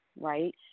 right